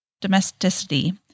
domesticity